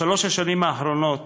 בשלוש השנים האחרונות